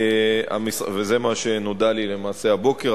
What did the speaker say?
וזה מה שנודע לי למעשה הבוקר,